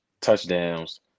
touchdowns